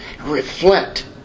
Reflect